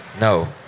no